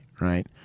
right